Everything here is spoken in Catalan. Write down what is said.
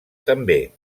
també